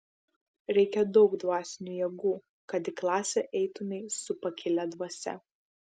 reikia daug dvasinių jėgų kad į klasę eitumei su pakilia dvasia